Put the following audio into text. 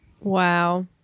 Wow